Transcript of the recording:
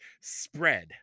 spread